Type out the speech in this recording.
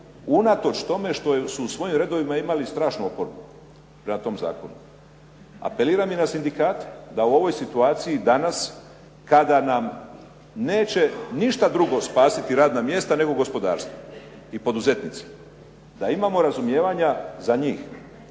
unatoč tome što su u svojim redovima imali strašnu …/Govornik se ne razumije./… prema tom zakonu. Apeliram i na sindikate da u ovoj situaciji danas kada nam neće ništa drugo spasiti radna mjesta nego gospodarstvo i poduzetnici, da imamo razumijevanja za njih.